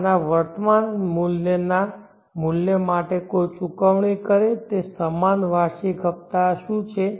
આના વર્તમાન મૂલ્યના મૂલ્ય માટે કોઈ ચૂકવણી કરે તે સમાન વાર્ષિક હપતા શું છે